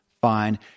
fine